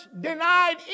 denied